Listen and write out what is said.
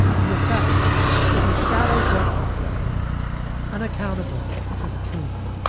the effect is a shadow justice system unaccountable to the truth